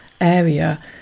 area